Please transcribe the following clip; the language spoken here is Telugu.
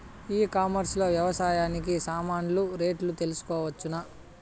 ఈ కామర్స్ లో వ్యవసాయానికి సామాన్లు రేట్లు తెలుసుకోవచ్చునా?